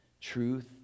truth